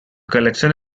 collection